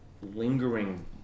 lingering